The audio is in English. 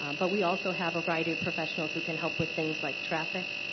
um but we also have a variety of professionals who can help with things like traffic.